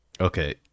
Okay